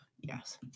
Yes